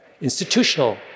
institutional